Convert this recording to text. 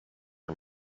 and